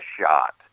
shot